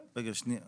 רגע, שנייה,